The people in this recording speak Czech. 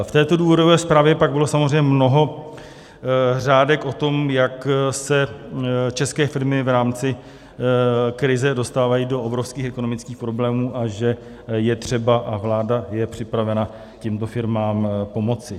V této důvodové zprávě pak bylo samozřejmě mnoho řádek o tom, jak se české firmy v rámci krize dostávají do obrovských ekonomických problémů a že je třeba, a vláda je připravena, těmto firmám pomoci.